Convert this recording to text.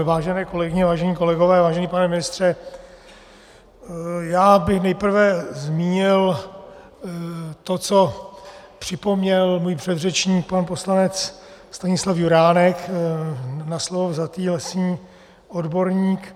Vážené kolegyně, vážení kolegové, vážený pane ministře, já bych nejprve zmínil to, co připomněl můj předřečník pan poslanec Stanislav Juránek, na slovo vzatý lesní odborník.